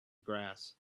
grass